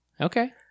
Okay